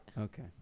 Okay